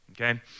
Okay